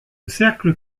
cercle